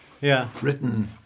written